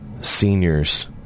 seniors